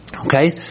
Okay